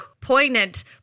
poignant